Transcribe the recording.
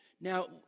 Now